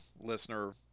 Listener